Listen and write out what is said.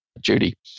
Judy